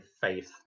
Faith